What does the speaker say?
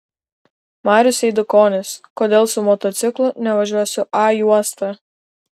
marius eidukonis kodėl su motociklu nevažiuosiu a juosta